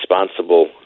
responsible